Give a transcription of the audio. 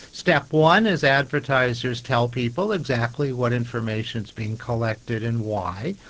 step one is advertisers tell people exactly what information is being collected and why.